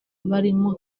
barimo